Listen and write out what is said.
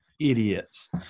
idiots